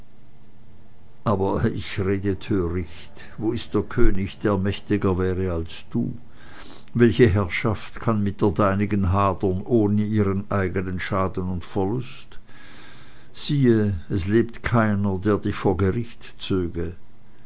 aber ich rede töricht wo ist der könig der mächtiger wäre als du welche herrschaft kann mit der deinigen hadern ohne ihren eigenen schaden und verlust siehe es lebt keiner der dich vor gericht zöge